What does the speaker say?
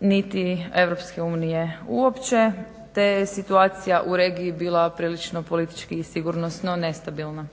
niti EU uopće te je situacija u regiji bila prilično politički i sigurnosno nestabilna.